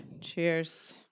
Cheers